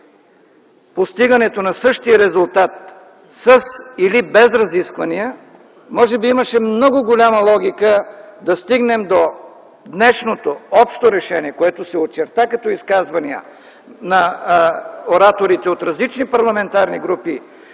постигането на същия резултат с или без разисквания, може би имаше много голяма логика да стигнем до днешното общо решение, което се очерта като изказвания на ораторите от различни парламентарни групи.